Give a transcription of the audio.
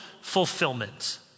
fulfillment